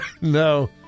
No